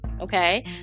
okay